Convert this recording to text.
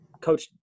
Coach